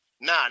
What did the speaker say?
Nah